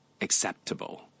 acceptable